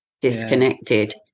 disconnected